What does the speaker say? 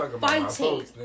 fighting